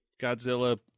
Godzilla